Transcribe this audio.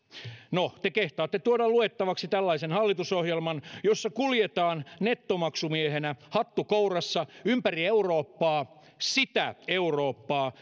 no te kehtaatte tuoda luettavaksi tällaisen hallitusohjelman jossa kuljetaan nettomaksumiehenä hattu kourassa ympäri eurooppaa sitä eurooppaa